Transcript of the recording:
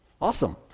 Awesome